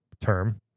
term